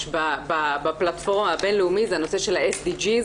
בפלטפורמה הבינלאומית זה הנושא של ה-SDG,